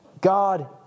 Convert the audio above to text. God